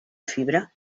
fibra